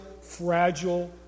fragile